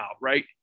Right